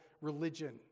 religion